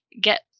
get